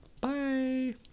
Bye